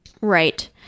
Right